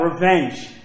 revenge